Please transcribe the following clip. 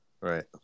Right